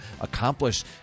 accomplish